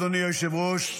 אדוני היושב-ראש,